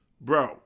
Bro